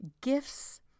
gifts